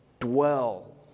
dwell